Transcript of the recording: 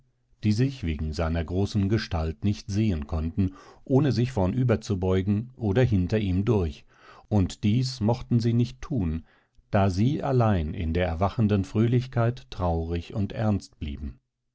die sich wegen seiner großen gestalt nicht sehen konnten ohne sich vornüberzubeugen oder hinter ihm durch und dies mochten sie nicht tun da sie allein in der erwachenden fröhlichkeit traurig und ernst blieben